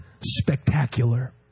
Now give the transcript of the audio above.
spectacular